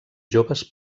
joves